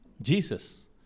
Jesus